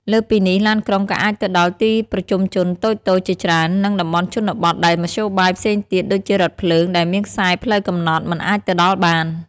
លើសពីនេះ ឡានក្រុងក៏អាចទៅដល់ ទីប្រជុំជនតូចៗ ជាច្រើន និងតំបន់ជនបទដែលមធ្យោបាយផ្សេងទៀតដូចជារថភ្លើង ដែលមានខ្សែផ្លូវកំណត់ មិនអាចទៅដល់បាន។